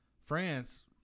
France